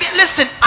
listen